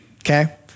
Okay